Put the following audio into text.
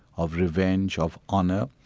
of revenge, of honour,